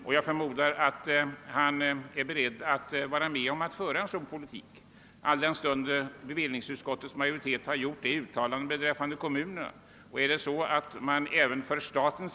Då förmodar jag att han också vill vara med om att föra en sådan politik, speciellt som bevillningsutskottets majoritet ju har gjort ett uttalande i den riktningen när det gäller kommunerna.